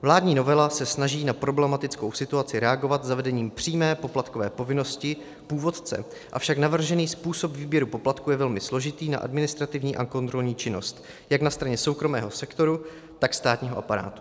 Vládní novela se snaží na problematickou situaci reagovat zavedením přímé poplatkové povinnosti původce, avšak navržený způsob výběru poplatku je velmi složitý na administrativní a kontrolní činnost jak na straně soukromého sektoru, tak státního aparátu.